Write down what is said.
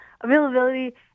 Availability